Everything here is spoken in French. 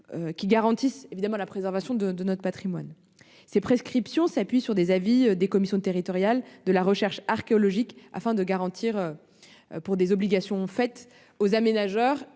-ou garantissant la préservation du patrimoine. Ces prescriptions s'appuient sur les avis des commissions territoriales de la recherche archéologique afin de garantir que les obligations faites aux aménageurs